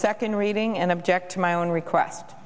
second reading and object to my own request